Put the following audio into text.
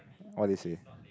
what does it say